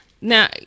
Now